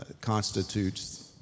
constitutes